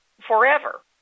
forever